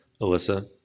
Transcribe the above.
Alyssa